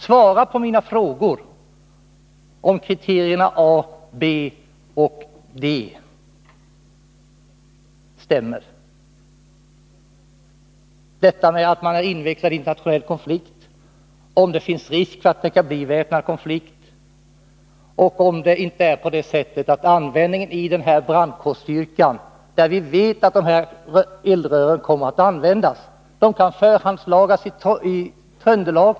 Svara på mina frågor om det första, det andra och det tredje kriteriet stämmer — att man är invecklad i en internationell konflikt, om det finns risk för att det kan bli väpnad konflikt och om det inte är på det sättet att vi vet att dessa eldrör kommer att användas i den här brandkårsstyrkan. Det kan förhandslagras i t.ex. Tröndelag.